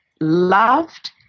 loved